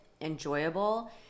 enjoyable